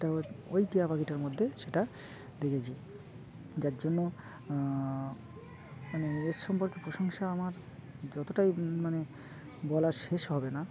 তা ওই টিয়া পাখিটার মধ্যে সেটা দেখেছি যার জন্য মানে এর সম্পর্কে প্রশংসা আমার যতটাই মানে বলার শেষ হবে না